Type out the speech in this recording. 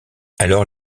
alors